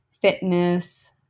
fitness